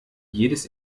jedes